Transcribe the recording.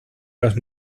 los